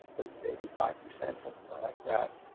eighty five percent something like that,